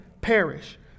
perish